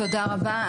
תודה רבה,